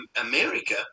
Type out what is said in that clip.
America